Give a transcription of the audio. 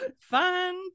Fun